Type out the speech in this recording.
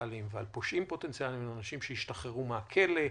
פוטנציאליים ופושעים פוטנציאליים ואנשים שהשתחררו מהכלא.